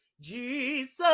jesus